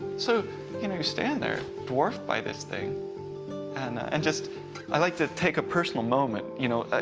so you know you stand there, dwarfed by this thing and and just i like to take a personal moment, you know,